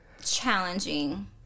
challenging